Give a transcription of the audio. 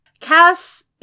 Cass